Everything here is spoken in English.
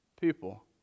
people